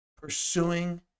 pursuing